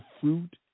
fruit